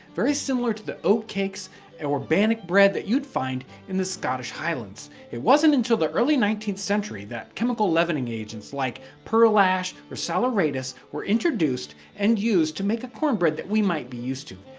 very similar to the oat cakes and or bannock bread that you'd find in the scottish highlands. it wasn't until the early nineteenth century that chemical leavening agents like pearl ash or saleratus were introduced and used to make a cornbread that we might be used to.